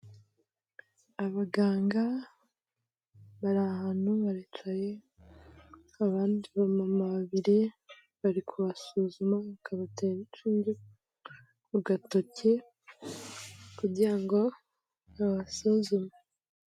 Abaganga bari ahantu baricaye, abandi bamama babiri bari kubasuzuma bakabatera inshinge ku gatoke kugira ngo babasuzume.